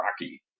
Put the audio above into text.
Rocky